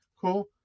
cool